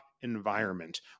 environment